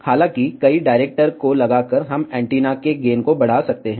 हालांकि कई डायरेक्टर को लगाकर हम एंटीना के गेन को बढ़ा सकते हैं